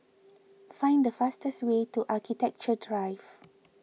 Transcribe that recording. find the fastest way to Architecture Drive